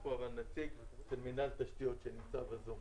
יש פה אבל את נציג של מינהל תשתיות שנמצא בזום.